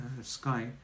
sky